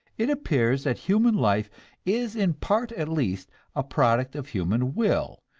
it appears that human life is in part at least a product of human will,